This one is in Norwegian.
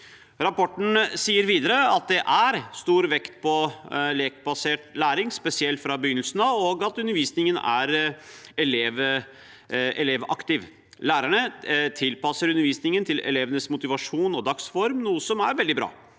Rapporten sier videre at det er stor vekt på lekbasert læring, spesielt fra begynnelsen av, og at undervisningen er elevaktiv. Lærerne tilpasser undervisningen til eleve nes motivasjon og dagsform, noe som er veldig bra.